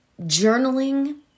journaling